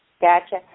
Gotcha